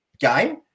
game